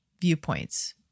viewpoints